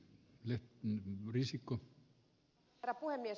arvoisa herra puhemies